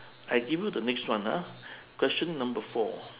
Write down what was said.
I give you the next one ah question number four